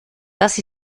das